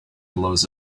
blows